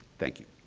thank you.